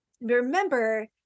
remember